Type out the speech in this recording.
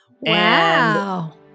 Wow